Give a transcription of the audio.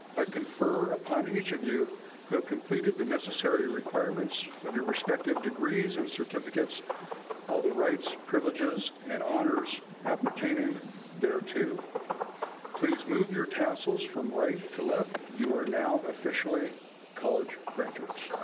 i confer upon each of you who have completed the necessary requirements of your respective degrees and certificates all the rights, privileges, and honors appertaining there to please move your tassels from right to left. you are now officially college graduates.